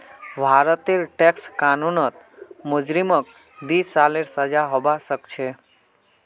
भारतेर टैक्स कानूनत मुजरिमक दी सालेर सजा हबा सखछे